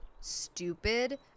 stupid